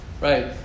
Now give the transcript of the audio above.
Right